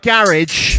Garage